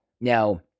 Now